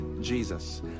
Jesus